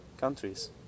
countries